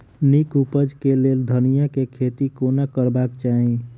नीक उपज केँ लेल धनिया केँ खेती कोना करबाक चाहि?